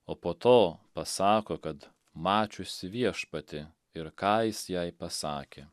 o po to pasako kad mačiusi viešpatį ir ką jis jai pasakė